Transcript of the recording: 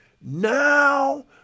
now